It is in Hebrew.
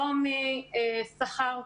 לא משכר,